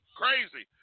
crazy